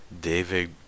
David